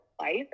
life